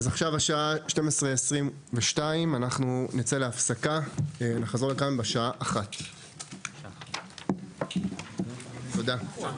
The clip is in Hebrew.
עכשיו השעה היא 12:22. אנחנו נצא להפסקה ונחזור לכאן בשעה 13:00. תודה.